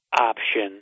option